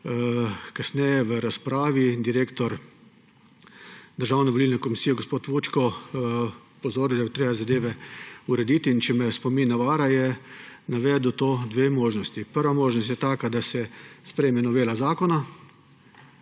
kasneje je v razpravi direktor Državne volilne komisije, gospod Vučko, opozoril, da bo treba zadeve urediti in če me spomin ne vara, je navedel dve možnosti. Prva možnost je taka, da se sprejme novela zakona,